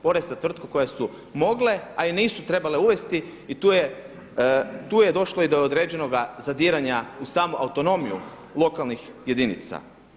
Porez na tvrtki koji su mogle, a i nisu trebale uvesti, i tu je došlo i do određenoga zadiranja u samu autonomiju lokalnih jedinica.